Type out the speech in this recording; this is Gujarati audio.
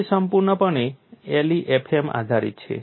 તે સંપૂર્ણપણે LEFM આધારિત છે